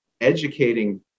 educating